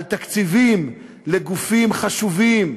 על תקציבים לגופים חשובים,